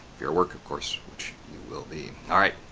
your work of course which will be alright!